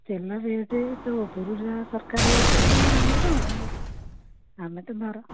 ତେଲ ରେଟ୍ ତ ଉପର ଯାହା ସରକାର ରେଟ୍ କରିଛନ୍ତି ଆମେ କ'ଣ କରିବୁ ଆମେ ତ ମର